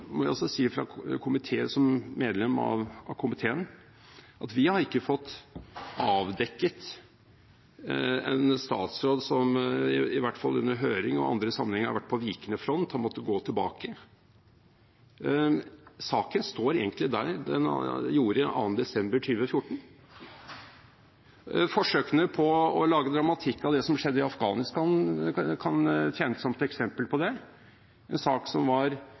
har fått avdekket en statsråd som – i hvert fall under høring og i andre sammenhenger – har vært på vikende front, har måttet gå tilbake. Saken står egentlig der den gjorde 2. desember 2014. Forsøkene på å lage dramatikk av det som skjedde i Afghanistan, kan tjene som et eksempel på det. Dette er en sak som da heller ikke var